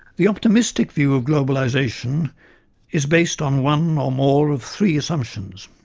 the optimistic view of globalisation is based on one or more of three assumptions.